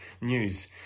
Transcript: news